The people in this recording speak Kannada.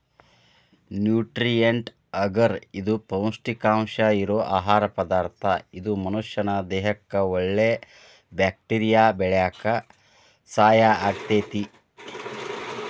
ನ್ಯೂಟ್ರಿಯೆಂಟ್ ಅಗರ್ ಇದು ಪೌಷ್ಟಿಕಾಂಶ ಇರೋ ಆಹಾರ ಪದಾರ್ಥ ಇದು ಮನಷ್ಯಾನ ದೇಹಕ್ಕಒಳ್ಳೆ ಬ್ಯಾಕ್ಟೇರಿಯಾ ಬೆಳ್ಯಾಕ ಸಹಾಯ ಆಗ್ತೇತಿ